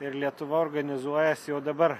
ir lietuva organizuojasi jau dabar